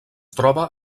troba